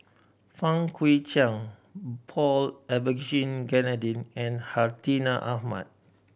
Fang Guixiang Paul Abisheganaden and Hartinah Ahmad